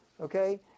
Okay